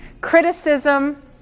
criticism